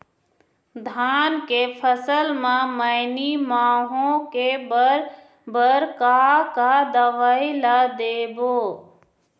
धान के फसल म मैनी माहो के बर बर का का दवई ला देबो?